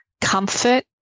comfort